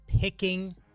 picking